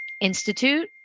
Institute